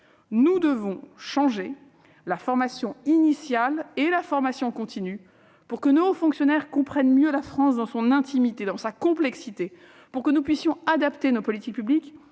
Nous devons changer la formation initiale et continue, pour que nos hauts fonctionnaires comprennent la France dans son intimité et dans sa complexité et pour que nous puissions adapter nos politiques publiques,